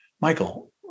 Michael